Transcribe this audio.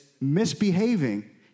misbehaving